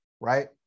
right